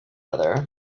other